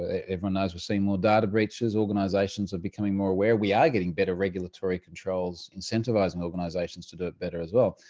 ah everyone knows we're seeing more data breaches. organizations are becoming more aware. we are getting better regulatory controls incentivizing organizations to do it better well.